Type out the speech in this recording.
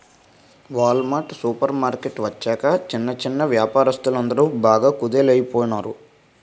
wall mart supermarket వచ్చాక చిన్న చిన్నా వ్యాపారస్తులందరు బాగా కుదేలయిపోనారు